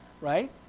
Right